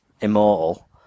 immortal